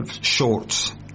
shorts